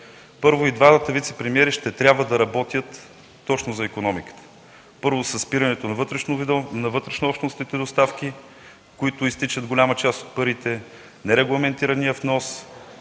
неща: и двамата вицепремиери ще трябва да работят точно за икономиката, първо, със спирането на вътрешнообщностните доставки, в които изтичат голяма част от парите, нерегламентирания внос,